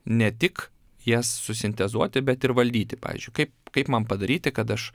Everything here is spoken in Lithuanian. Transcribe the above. ne tik jas susintezuoti bet ir valdyti pavyzdžiui kaip kaip man padaryti kad aš